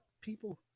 people